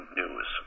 news